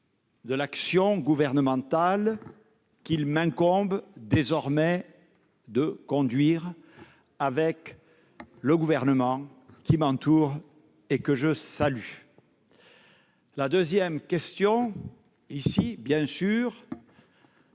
de l'action gouvernementale qu'il m'incombe désormais de conduire avec le gouvernement qui m'entoure, et que je salue ; la seconde est relative aux